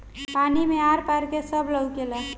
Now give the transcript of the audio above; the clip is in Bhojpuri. पानी मे आर पार के सब लउकेला